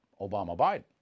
Obama-Biden